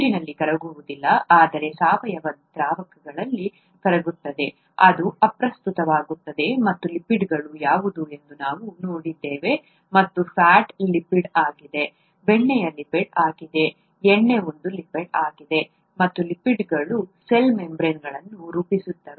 ನೀರಿನಲ್ಲಿ ಕರಗುವುದಿಲ್ಲ ಆದರೆ ಸಾವಯವ ದ್ರಾವಕಗಳಲ್ಲಿ ಕರಗುತ್ತವೆ ಅದು ಅಪ್ರಸ್ತುತವಾಗುತ್ತದೆ ಮತ್ತು ಲಿಪಿಡ್ಗಳು ಯಾವುದು ಎಂದು ನಾವು ನೋಡಿದ್ದೇವೆ ಮತ್ತು ಫ್ಯಾಟ್ ಲಿಪಿಡ್ ಆಗಿದೆ ಬೆಣ್ಣೆಯು ಲಿಪಿಡ್ ಆಗಿದೆ ಎಣ್ಣೆ ಒಂದು ಲಿಪಿಡ್ ಆಗಿದೆ ಮತ್ತು ಲಿಪಿಡ್ಗಳು ಸೆಲ್ ಮೆಮ್ಬ್ರೇನ್ಗಳನ್ನು ರೂಪಿಸುತ್ತವೆ